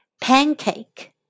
Pancake